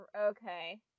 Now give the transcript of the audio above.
Okay